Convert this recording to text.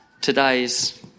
today's